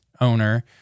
owner